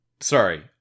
sorry